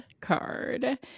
card